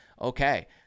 okay